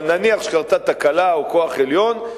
אבל נניח שקרתה תקלה או כוח עליון,